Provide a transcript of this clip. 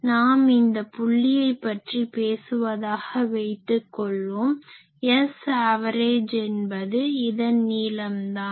நாம் இந்த புள்ளியை பற்றி பேசுவதாக வைத்துக்கொள்வோம் Sav என்பது இதன் நீளம்தான்